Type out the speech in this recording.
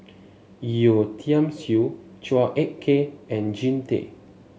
Yeo Tiam Siew Chua Ek Kay and Jean Tay